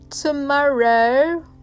tomorrow